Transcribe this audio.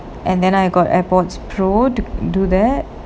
and then I got AirPods Pro do that